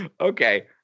okay